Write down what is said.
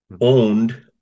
owned